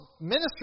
ministry